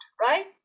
Right